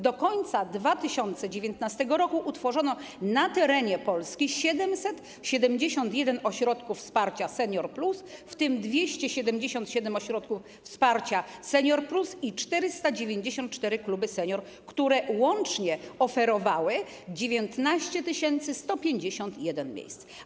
Do końca 2019 r. utworzono na terenie Polski 771 ośrodków wsparcia Senior+, w tym 277 ośrodków wsparcia Senior+ i 494 kluby seniora, które łącznie oferowały 19 151 miejsc.